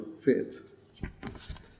faith